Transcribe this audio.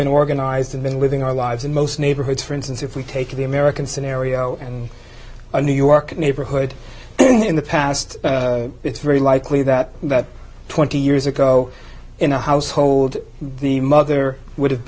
been organized and living our lives in most neighborhoods for instance if we take the american scenario and a new york neighborhood in the past it's very likely that that twenty years ago in the household the mother would have